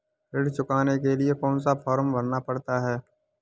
ऋण चुकाने के लिए कौन सा फॉर्म भरना पड़ता है?